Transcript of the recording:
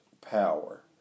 power